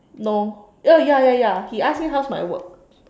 no oh ya ya ya he ask me how's my work